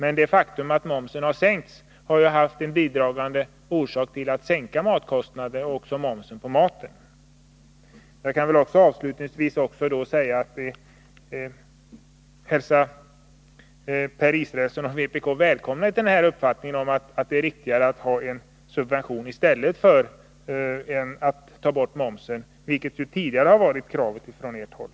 Men det faktum att momsen har sänkts har ju bidragit till att också matpriserna sänks. Avslutningsvis kan jag också säga att vi välkomnar att Per Israelsson och vpk nu har den uppfattningen att det är riktigare att ha en subvention än att ta bort momsen på mat, vilket ju tidigare har varit ett krav från vpk-håll.